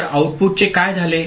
तर आऊटपुटचे काय झाले